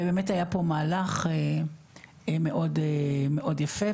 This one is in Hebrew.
ובאמת היה פה מהלך מאוד יפה.